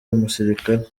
umusirikare